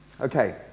Okay